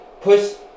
push